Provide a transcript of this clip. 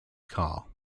car